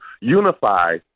unify